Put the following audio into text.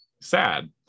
sad